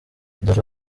dore